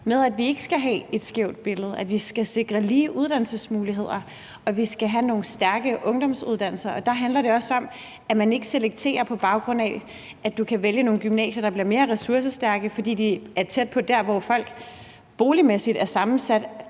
med, at vi ikke skal have et skævt billede, at vi skal sikre lige uddannelsesmuligheder, og at vi skal have nogle stærke ungdomsuddannelser. Der handler det også om, at man ikke selekterer, på baggrund af at man kan vælge nogle gymnasier, der bliver mere ressourcestærke, fordi de ligger tæt på der, hvor folk med stærke